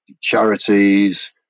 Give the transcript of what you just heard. charities